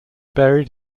buried